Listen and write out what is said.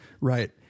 Right